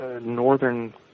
northern